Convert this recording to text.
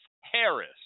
Harris